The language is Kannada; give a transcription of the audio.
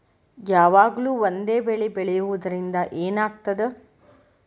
ಯಾವಾಗ್ಲೂ ಒಂದೇ ಬೆಳಿ ಬೆಳೆಯುವುದರಿಂದ ಏನ್ ಆಗ್ತದ?